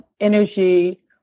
energy